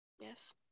Yes